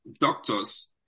doctors